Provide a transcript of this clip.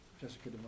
Jessica